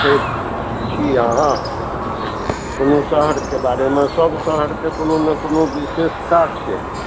छी अहाँ कोनो शहरके बारेमे सब शहरके कोनो ने कोनो विशेषता छै